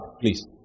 please